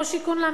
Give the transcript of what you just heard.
או שיכון ל',